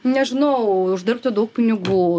nežinau uždirbti daug pinigų